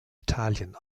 italien